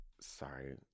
sorry